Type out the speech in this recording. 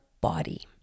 body